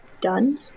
done